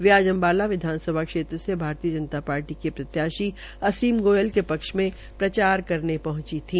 वे आज अम्बाला विधानसभा क्षेत्र से भारतीय जनता पार्टी के प्रत्याशी असीम गोयल के पक्ष में प्रचार करने पहंची थी